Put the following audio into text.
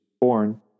born